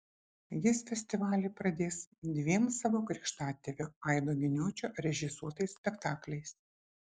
jis festivalį pradės dviem savo krikštatėvio aido giniočio režisuotais spektakliais